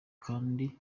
kandi